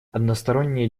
односторонние